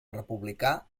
republicà